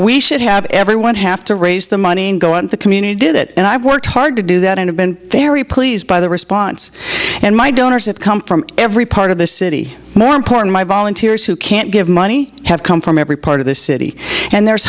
we should have everyone have to raise the money and go out in the community did it and i've worked hard to do that and i've been very pleased by the response and my donors have come from every part of the city more important my volunteers who can't give money have come from every part of the city and there's